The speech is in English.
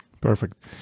Perfect